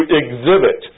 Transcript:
exhibit